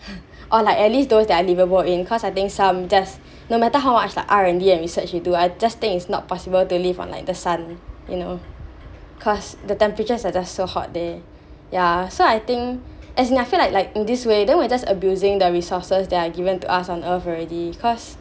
or like at least those that are livable in cause I think some just no matter how much the R&D and research you do I just think it's not possible to live on like the sun you know cause the temperatures are just so hot there ya so I think as in I feel like like in this way then we just abusing the resources that are given to us on earth already cause